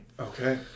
okay